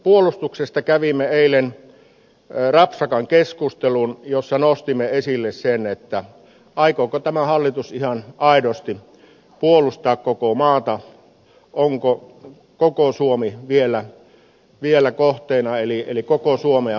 puolustuksesta kävimme eilen rapsakan keskustelun jossa nostimme esille sen aikooko tämä hallitus ihan aidosti puolustaa koko maata onko koko suomi vielä kohteena eli puolustetaanko koko suomea